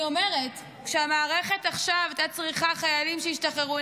כשהמערכת הייתה צריכה עכשיו חיילים שהשתחררו,